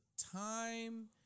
Time